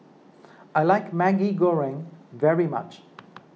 I like Maggi Goreng very much